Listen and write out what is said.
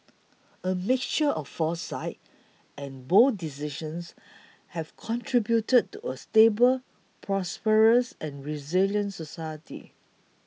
a mixture of foresight and bold decisions have contributed to a stable prosperous and resilient society